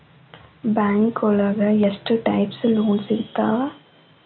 ಬ್ಯಾಂಕೋಳಗ ಎಷ್ಟ್ types loan ಸಿಗ್ತಾವ?